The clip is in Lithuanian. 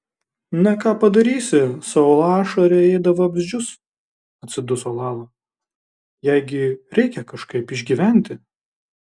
na ką padarysi saulašarė ėda vabzdžius atsiduso lala jai gi reikia kažkaip išgyventi